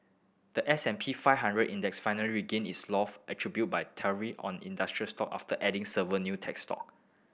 the S and P five hundred Index finally regained its attributed by tariff on industrial stock after adding several new tech stock